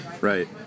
Right